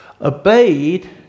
obeyed